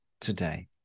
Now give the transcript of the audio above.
today